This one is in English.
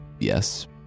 yes